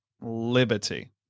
Liberty